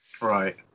Right